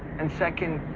and second,